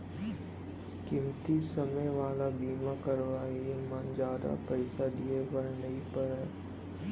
कमती समे वाला बीमा करवाय म जादा पइसा दिए बर नइ परय